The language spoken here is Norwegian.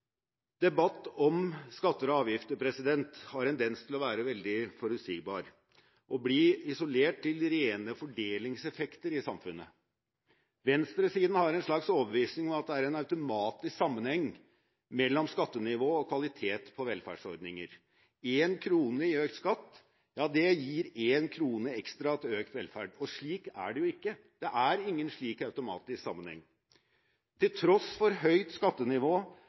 Debatt om skatter og avgifter har en tendens til å være veldig forutsigbar og bli isolert til rene fordelingseffekter i samfunnet. Venstresiden har en slags overbevisning om at det er en automatisk sammenheng mellom skattenivå og kvalitet på velferdsordninger. Én krone i økt skatt skal gi én krone ekstra til økt velferd. Slik er det jo ikke. Det er ingen slik automatisk sammenheng. Til tross for høyt skattenivå,